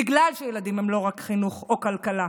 בגלל שילדים הם לא רק חינוך או כלכלה,